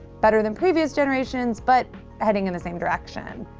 better than previous generations but heading in the same direction.